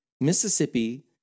Mississippi